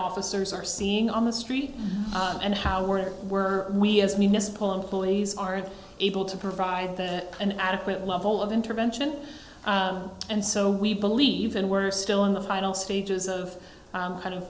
officers are seeing on the street and how where were we as municipal employees are able to provide an adequate level of intervention and so we believe and we're still in the final stages of kind of